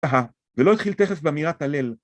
אהה, ולא התחיל תכף באמירת הלל.